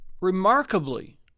remarkably